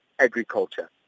agriculture